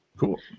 Cool